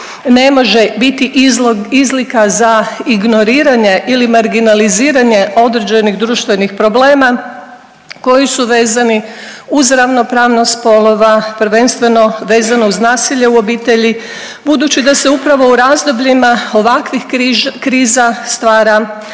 ne može biti izlika za ignoriranje ili marginaliziranje određenih društvenih problema, koji su vezani uz ravnopravnost spolova, prvenstveno vezano uz nasilje u obitelji budući da se upravo u razdobljima ovakvih kriza stvara